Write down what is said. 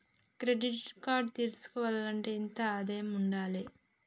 Credit card తీసుకోవాలంటే ఎంత ఆదాయం ఉండాలే?